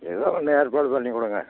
ஏதோ ஒன்று ஏற்பாடு பண்ணி கொடுங்க